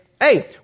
Hey